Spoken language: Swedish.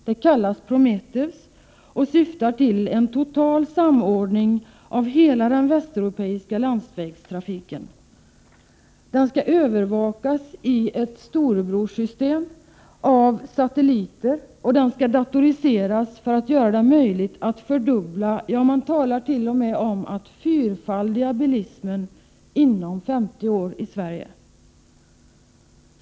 Det kallas Prometheus och syftar till en total samordning av hela den västeuropeiska landsvägstrafiken. Den skall övervakas i ett storebrorssystem genom satelliter, och den skall datoriseras för att göra det möjligt att fördubbla, ja t.o.m. fyrfaldiga bilismen inom 50 år i Sverige.